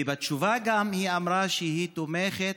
בתשובה היא גם אמרה שהיא תומכת,